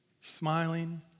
smiling